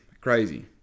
crazy